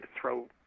throw